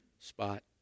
spot